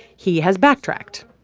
he has backtracked.